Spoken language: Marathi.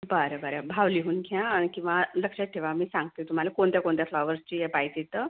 बरं बरं भाव लिहून घ्या आणि किंवा लक्षात ठेवा मी सांगते तुम्हाला कोणत्या कोणत्या फ्लॉवर्सची आहे प्राइस इथं